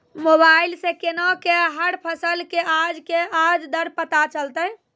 Mobile सऽ केना कऽ हर फसल कऽ आज के आज दर पता चलतै?